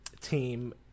team